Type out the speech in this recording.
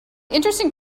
interesting